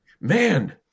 man